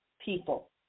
people